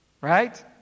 Right